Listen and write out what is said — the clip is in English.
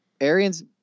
Arians